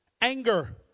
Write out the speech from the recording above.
anger